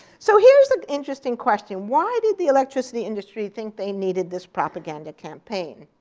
so here's an interesting question. why did the electricity industry think they needed this propaganda campaign?